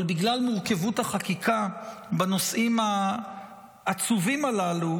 אבל בגלל מורכבות החקיקה בנושאים העצובים הללו,